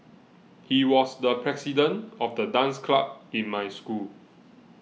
he was the president of the dance club in my school